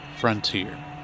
Frontier